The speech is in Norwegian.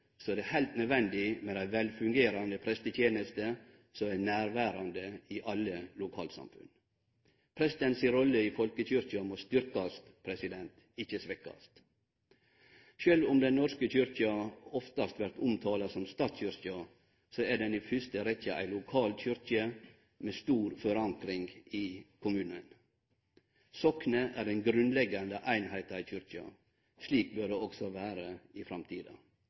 er det heilt nødvendig med ei velfungerande presteteneste som er nærverande i alle lokalsamfunn. Presten si rolle i folkekyrkja må styrkjast, ikkje svekkjast. Sjølv om Den norske kyrkja oftast vert omtala som statskyrkja, er ho i fyrste rekkje ei lokal kyrkje med stor forankring i kommunane. Soknet er den grunnleggjande eininga i kyrkja. Slik bør det også vere i framtida.